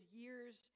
years